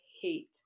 hate